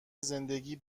زندگی